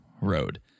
road